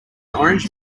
orange